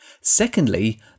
Secondly